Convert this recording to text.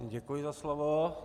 Děkuji za slovo.